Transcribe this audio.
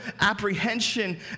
apprehension